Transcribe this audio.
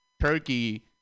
Turkey